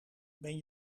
ben